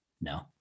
no